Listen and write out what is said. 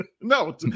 No